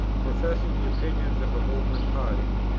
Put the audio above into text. professing the opinions of a movement party,